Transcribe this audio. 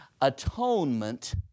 atonement